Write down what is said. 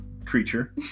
Creature